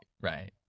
Right